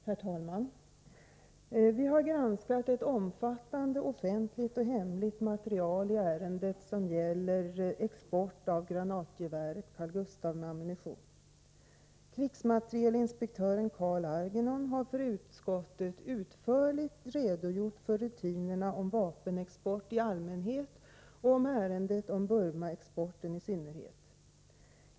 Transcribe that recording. Herr talman! Vi har granskat ett omfattande offentligt och hemligt material i ärendet som gäller exporten av granatgeväret Carl Gustaf med ammunition. Krigsmaterielinspektören Carl Algernon har inför utskottet utförligt redogjort för rutinerna i fråga om vapenexport i allmänhet och Burmaexporten i synnerhet.